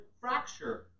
fracture